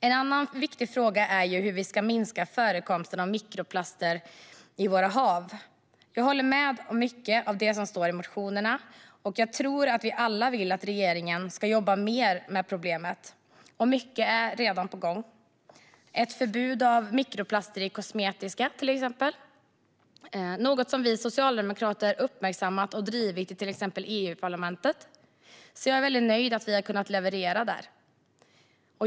En annan viktig fråga är hur vi ska minska förekomsten av mikroplaster i våra hav. Jag håller med om mycket av det som står i motionerna och tror att vi alla vill att regeringen ska jobba mer med problemet. Och mycket är redan på gång, till exempel ett förbud mot mikroplaster i kosmetika - något som vi socialdemokrater uppmärksammat och drivit i till exempel Europaparlamentet. Jag är väldigt nöjd att vi har kunnat leverera där.